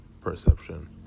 perception